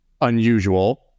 unusual